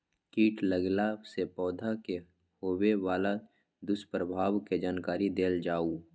कीट लगेला से पौधा के होबे वाला दुष्प्रभाव के जानकारी देल जाऊ?